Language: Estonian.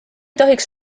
tohiks